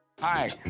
Hi